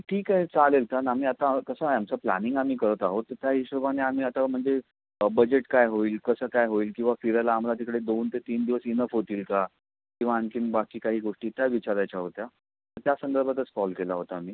ठीक आहे चालेल कारण आम्ही आता कसं आहे आमचं प्लानिंग आम्ही करत आहोत तर त्या हिशोबाने आम्ही आता म्हणजे बजेट काय होईल कसं काय होईल किंवा फिरायला आम्हाला तिकडे दोन ते तीन दिवस इनफ होतील का किंवा आणखीन बाकी काही गोष्टी त्या विचारायच्या होत्या तर त्या संदर्भातच कॉल केला होता मी